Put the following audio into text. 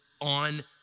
on